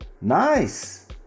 nice